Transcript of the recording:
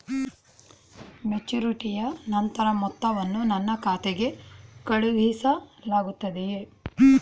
ಮೆಚುರಿಟಿಯ ನಂತರ ಮೊತ್ತವನ್ನು ನನ್ನ ಖಾತೆಗೆ ಕಳುಹಿಸಲಾಗುತ್ತದೆಯೇ?